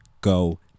go